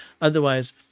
Otherwise